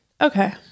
Okay